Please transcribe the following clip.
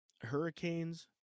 Hurricanes